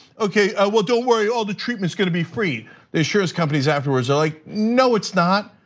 okay, well, don't worry all the treatment's gonna be free. the insurance companies afterwards, they're like, no, it's not.